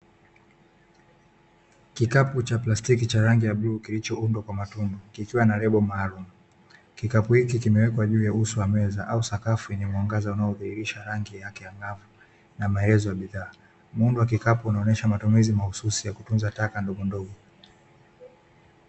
Kikapu cha plastiki cha rangi ya bluu kilicho undwa kwa matundu kikiwa na lebo maalum, kikapu hiki kimewekwa juu ya uso wa meza au sakafu yenye mwangaza unaodhihirisha rangi yake angavu na maelezo ya bidhaa, muundo wa kikapu unaonyesha matumizi mahususi ya kutunza taka ndogondogo.